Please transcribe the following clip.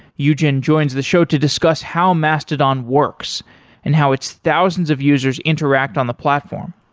eugen joins the show to discuss how mastodon works and how its thousands of users interact on the platform.